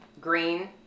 green